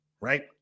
right